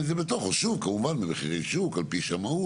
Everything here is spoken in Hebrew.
העביר את הדיירים מתי שהוא רוצה ולמרות